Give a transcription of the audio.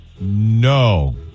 No